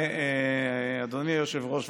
אדוני היושב-ראש,